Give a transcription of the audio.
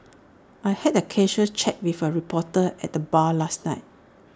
I had A casual chat with A reporter at the bar last night